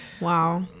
Wow